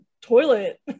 toilet